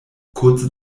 kurze